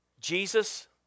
Jesus